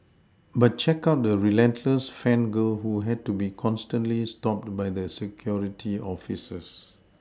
but check out the relentless fan girl who had to be constantly stopped by the security officers